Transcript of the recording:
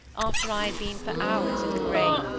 after i had been for hours in the grave,